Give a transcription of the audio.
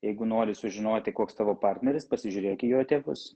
jeigu nori sužinoti koks tavo partneris pasižiūrėk į jo tėvus